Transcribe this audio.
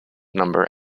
number